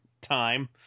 time